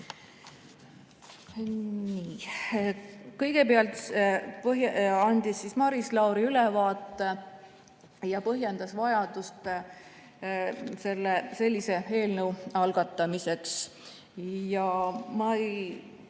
Kõigepealt andis Maris Lauri ülevaate ja põhjendas vajadust sellise eelnõu algatamiseks. Tal olid